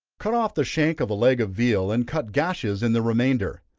cut off the shank of a leg of veal, and cut gashes in the remainder.